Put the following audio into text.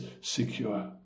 secure